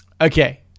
Okay